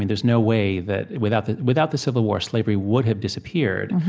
there's no way that without the without the civil war, slavery would have disappeared,